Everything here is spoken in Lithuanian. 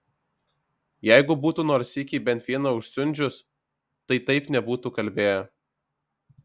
jeigu būtų nors sykį bent vieną užsiundžius tai taip nebūtų kalbėję